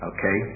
Okay